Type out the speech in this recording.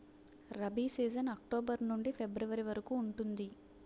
rabi season October నుండి February వరకు ఉంటుంది